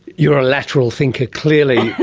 you're a lateral thinker, clearly.